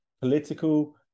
political